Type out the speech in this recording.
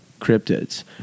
cryptids